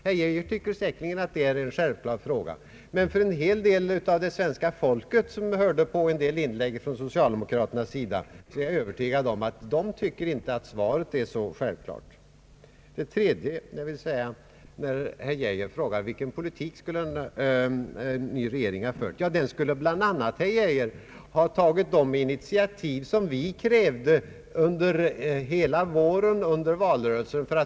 Herr Geijer tycker säkerligen att svaret är självklart, men jag är övertygad om att många, som hörde en del inlägg från socialdemokraternas sida i valdebatterna, inte anser att svaret är så självklart. Herr Geijer frågar också vilken politik en ny regering skulle ha fört. Ja, herr Geijer, den skulle bl.a. ha tagit de initiativ för en bättre sysselsättning som vi krävde under hela våren och i valrörelsen.